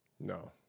No